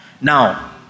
Now